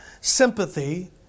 sympathy